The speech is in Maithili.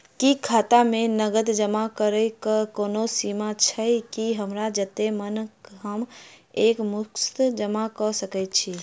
की खाता मे नगद जमा करऽ कऽ कोनो सीमा छई, की हमरा जत्ते मन हम एक मुस्त जमा कऽ सकय छी?